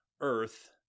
earth